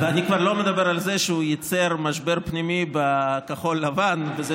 אני כבר לא מדבר על זה שהוא ייצר משבר פנימי בכחול לבן בזה